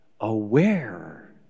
aware